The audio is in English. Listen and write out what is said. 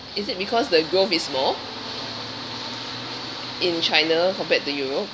is it because the growth is more in china compared to europe